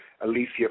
Alicia